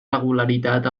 regularitat